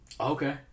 Okay